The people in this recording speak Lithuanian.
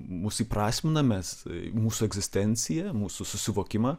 mus įprasmina mes mūsų egzistenciją mūsų suvokimą